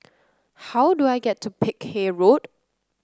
how do I get to Peck Hay Road